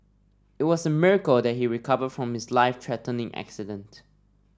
it was a miracle that he recovered from his life threatening accident